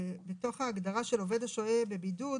בתוך ההגדרה של "עובד השוהה בבידוד"